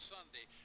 Sunday